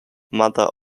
mother